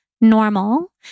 normal